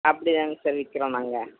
அப்படிதாங்க சார் விற்கிறோம் நாங்கள்